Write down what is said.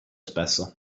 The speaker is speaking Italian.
spesso